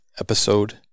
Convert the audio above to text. Episode